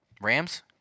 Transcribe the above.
Rams